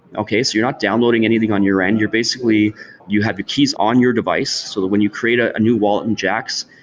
so you're not downloading anything on your end. you're basically you have the keys on your device so that when you create a new wallet in jaxx,